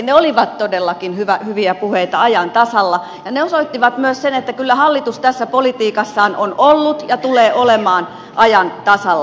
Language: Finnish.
ne olivat todellakin hyviä puheita ajan tasalla ja ne osoittivat myös sen että kyllä hallitus tässä politiikassaan on ollut ja tulee olemaan ajan tasalla